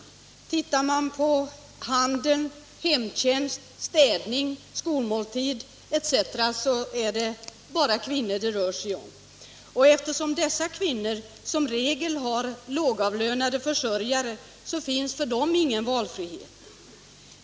Om man ser på områden som handel, hemtjänst, städning, skolmåltidsverksamhet etc., så finner man att det bara är kvinnor som arbetar inom dessa yrkesområden. Dessa kvinnor har som regel lågavlönade försörjare, och för dem finns därför ingen valfrihet.